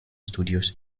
studios